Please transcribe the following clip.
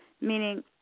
Meaning